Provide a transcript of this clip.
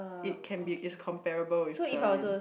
it can be it's comparable with Ze-Lin